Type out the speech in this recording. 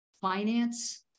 finance